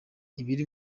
ibiri